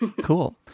Cool